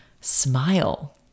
Smile